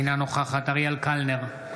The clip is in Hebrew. אינה נוכחת אריאל קלנר,